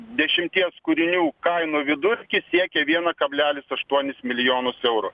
dešimties kūrinių kainų vidurkis siekia vieną kablelis aštuonis milijonus eurų